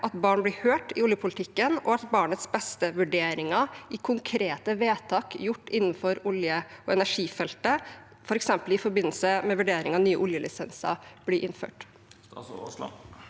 at barn blir hørt i oljepolitikken, og at barnets beste-vurderinger i konkrete vedtak gjort innenfor olje- og energifeltet, f.eks. i forbindelse med vurdering av nye oljelisenser, blir innført?